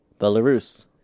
Belarus